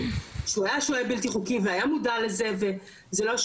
וזה לא שהוא הוטעה או בתום לב לא יצא,